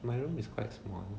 my room is quite small